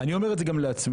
אני אומר את זה גם לעצמי.